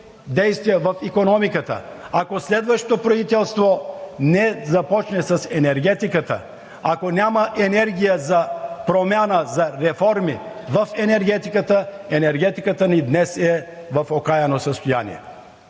действия в икономиката, ако следващото правителство не започне с енергетиката, ако няма енергия за промяна, за реформи в енергетиката, енергетиката ни днес е в окаяно състояние.